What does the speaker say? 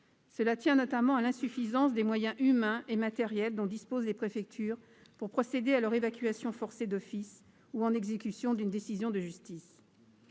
Cela tient notamment à l'insuffisance des moyens humains et matériels dont disposent les préfectures pour procéder à l'évacuation forcée d'office ou en exécution d'une décision de justice.